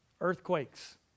Earthquakes